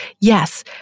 yes